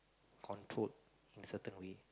controlled in certain way